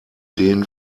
den